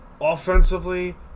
offensively